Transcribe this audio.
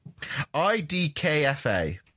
idkfa